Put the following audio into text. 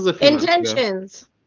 Intentions